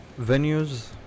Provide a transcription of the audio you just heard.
venues